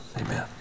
Amen